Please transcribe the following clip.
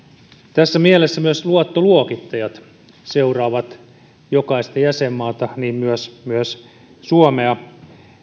tässä mielessä myös luottoluokittajat seuraavat jokaista jäsenmaata niin myös myös suomea